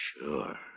Sure